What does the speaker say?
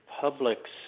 public's